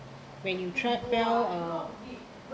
when you trapped fell uh